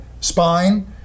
spine